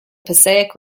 passaic